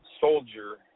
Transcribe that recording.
soldier